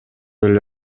эле